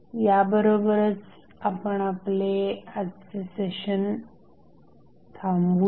याबरोबरच आपण आपले आजचे सेशन थांबवूया